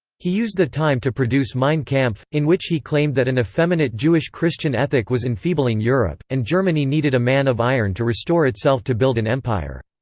he used the time to produce mein kampf, in which he claimed that an effeminate jewish-christian ethic was enfeebling europe, and germany needed a man of iron to restore itself to build an empire.